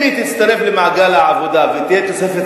אם היא תצטרף למעגל העבודה ותהיה תוספת